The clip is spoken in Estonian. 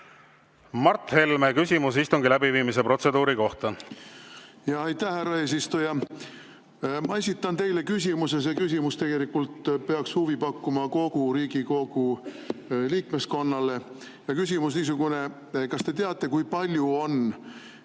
Mart Helme, küsimus istungi läbiviimise protseduuri kohta!